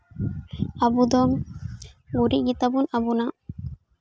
ᱟᱵᱳ ᱫᱚ ᱜᱩᱨᱤᱡ ᱜᱮᱛᱟᱵᱚᱱ ᱟᱵᱚᱱᱟᱜ